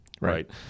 Right